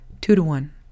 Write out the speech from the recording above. two-to-one